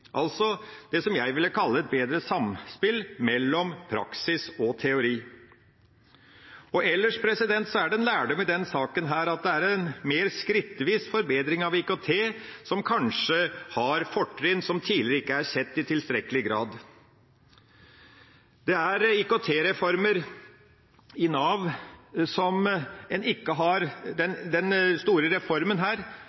altså det som jeg ville kalle et bedre samspill mellom praksis og teori. Ellers er det en lærdom i denne saken at det er en mer skrittvis forbedring av IKT som kanskje har fortrinn som tidligere ikke er sett i tilstrekkelig grad. Denne store reformen i Nav som er blitt så vanskelig, har en ikke